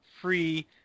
free